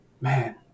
Man